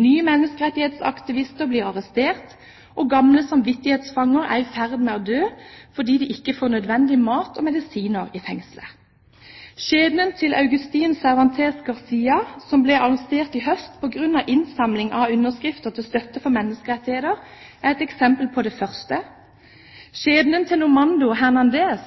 nye menneskerettighetsaktivister blir arrestert, og gamle samvittighetsfanger er i ferd med å dø fordi de ikke får nødvendig mat og nødvendige medisiner i fengslet. Skjebnen til Agustin Cervantes Garcia, som ble arrestert i høst på grunn av innsamling av underskrifter til støtte for menneskerettigheter, er et eksempel på det første. Skjebnen til Normando Hernández,